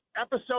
episode